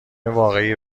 واقعی